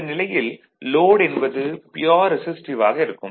இந்த நிலையில் லோட் என்பது ப்யூர் ரெசிஸ்டிவ் ஆக இருக்கும்